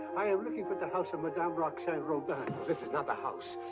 i am looking for the house of madame roxane robin this is not the house!